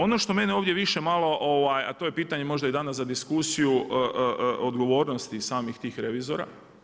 Ono što mene ovdje više malo, a to je pitanje možda danas i za diskusiju odgovornosti samih tih revizora.